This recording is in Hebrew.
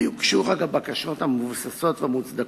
ויוגשו רק הבקשות המבוססות והמוצדקות,